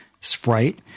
sprite